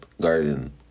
garden